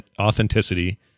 authenticity